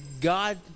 God